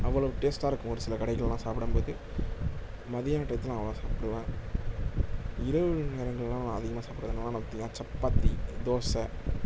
அவ்வளோ டேஸ்டாக இருக்கும் ஒரு சில கடையிலலாம் சாப்பிடம்போது மத்தியான டயத்தில் நான் அவ்வளோ சாப்பிடுவேன் இரவு நேரங்கள்லாம் அதிகமாக சாப்பிடுவேன் என்னன்னலாம் பார்த்தீங்கனா சப்பாத்தி தோசை